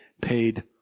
paid